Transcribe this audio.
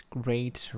great